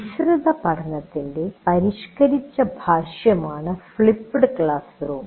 മിശ്രിതപഠനത്തിൻറെ പരിഷ്കരിച്ച ഭാഷ്യമാണ് flipped class room